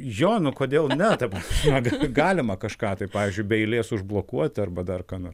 jo nu kodėl ne ta prasme ga galima kažką tai pavyzdžiui be eilės užblokuoti arba dar ką nor